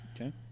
okay